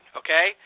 okay